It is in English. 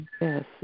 Yes